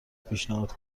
پیشنهاد